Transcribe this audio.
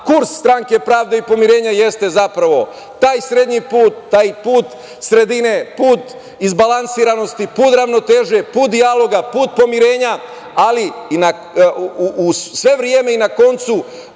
Kurs Stranke pravde i pomirenja jeste taj srednji put, taj put sredi, put izbalansiranosti, put ravnoteže, put dijaloga, put pomirenja, ali i sve vreme i na koncu